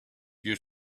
you